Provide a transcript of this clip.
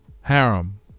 Harem